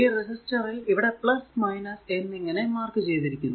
ഈ റെസിസ്റ്ററിൽ ഇവിടെ എന്നിങ്ങനെ മാർക്ക് ചെയ്തിരിക്കുന്നു